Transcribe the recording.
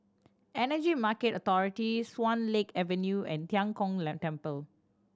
Energy Market Authority Swan Lake Avenue and Tian Kong Temple